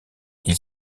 ils